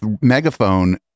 megaphone